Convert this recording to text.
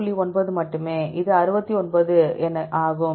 9 மட்டுமே இது 69 ஆகும்